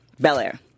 Belair